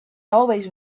always